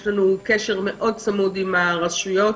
יש לנו קשר מאד צמוד עם הרשויות.